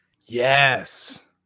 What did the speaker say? Yes